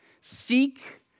seek